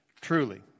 Truly